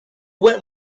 went